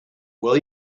will